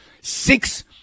Six